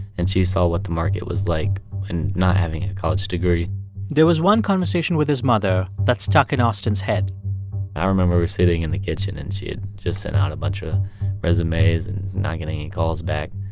and she saw what the market was like when and not having a college degree there was one conversation with his mother that stuck in austin's head i remember sitting in the kitchen. and she had just sent out a bunch of resumes and not getting any calls back.